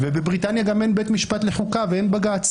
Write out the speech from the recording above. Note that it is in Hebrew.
בבריטניה גם אין בית משפט לחוקה ואין בג"ץ.